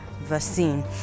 vaccine